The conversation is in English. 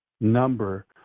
number